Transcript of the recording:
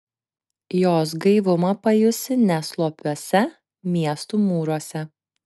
jos gaivumą pajusi ne slopiuose miestų mūruose